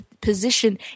position